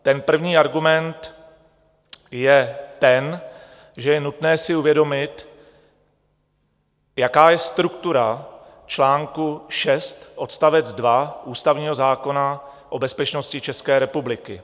Ten první argument je ten, že je nutné si uvědomit, jaká je struktura článku 6 odst. 2 ústavního zákona o bezpečnosti České republiky.